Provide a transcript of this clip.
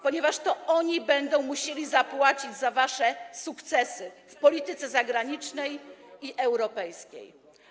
ponieważ to oni będą musieli zapłacić za wasze „sukcesy” w polityce zagranicznej i europejskiej.